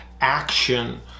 action